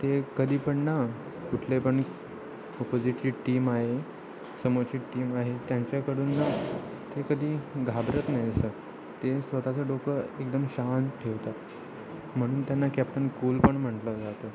ते कधी पण ना कुठले पण ओपोजिटची टीम आहे समोरची टीम आहे त्यांच्याकडून ना ते कधी घाबरत नाहीत असं ते स्वतःचं डोकं एकदम शांत ठेवतात म्हणून त्यांना कॅप्टन कुल पण म्हटलं जातं